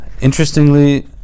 Interestingly